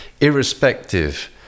irrespective